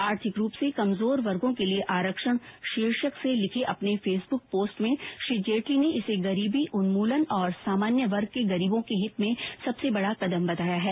आर्थिक रूप से कमजोर वर्गो के लिए आरक्षण शीर्षक से लिखे अपने फेसब्रक पोस्ट में श्री जेटली ने इसे गरीबी उन्मू लन और सामान्यी वर्ग के गरीबों के हित में सबसे बड़ा कदम बताया है